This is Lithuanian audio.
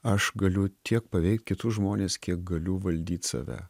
aš galiu tiek paveikt kitus žmones kiek galiu valdyt save